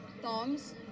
thongs